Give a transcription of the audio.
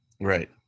Right